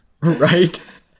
right